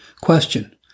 Question